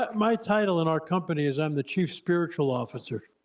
but my title in our company is i'm the chief spiritual officer,